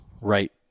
right